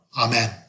Amen